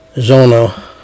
Zona